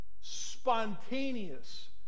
spontaneous